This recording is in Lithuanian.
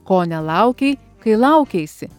ko nelaukei kai laukeisi